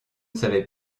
savais